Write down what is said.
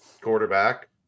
quarterback